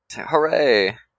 hooray